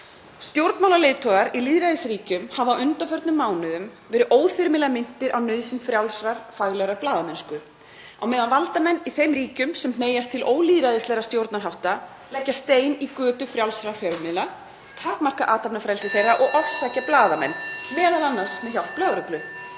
„[S]tjórnmálaleiðtogar í lýðræðisríkjum hafa á undanförnum mánuðum verið óþyrmilega minntir á nauðsyn frjálsrar, faglegrar blaðamennsku, á meðan valdamenn í þeim ríkjum sem hneigjast til ólýðræðislegra stjórnarhátta, leggja stein í götu frjálsra fjölmiðla, takmarka athafnafrelsi þeirra og ofsækja blaðamenn, meðal annars með hjálp lögreglu.